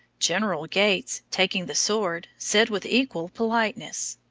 general gates, taking the sword, said with equal politeness,